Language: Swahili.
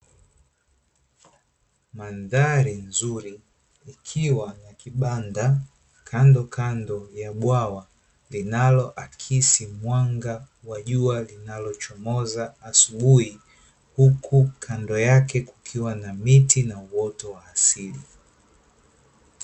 Mandhari nzuri ikiwa na kibanda kando kando ya bwawa linaloakisi mwanga wa jua linalochomoza asubuhi, huku kando yake kukiwa na miti na uoto wa asili.